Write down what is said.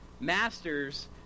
Masters